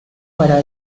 para